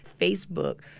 Facebook